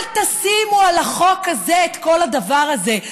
אל תשימו על החוק הזה את כל הדבר הזה.